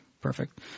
Perfect